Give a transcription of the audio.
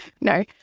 No